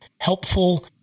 helpful